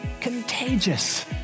contagious